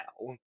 now